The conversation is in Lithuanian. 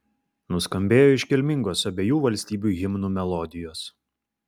nuskambėjo iškilmingos abiejų valstybių himnų melodijos